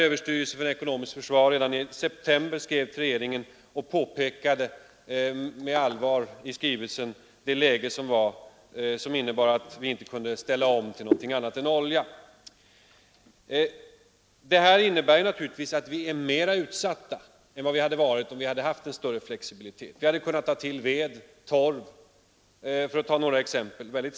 Överstyrelsen för ekonomiskt försvar skrev redan i september till regeringen och pekade med allvar på det läge som innebär att vi inte kan elda med något annat än olja. Detta innebär naturligtvis att vi är mera utsatta än vi hade varit om vi hade haft en större flexibilitet. Vi hade snabbt kunnat ta till ved eller torv, för att ta några exempel.